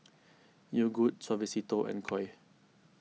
Yogood Suavecito and Koi